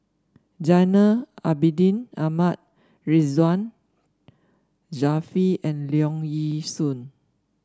Zainal Abidin Ahmad Ridzwan Dzafir and Leong Yee Soo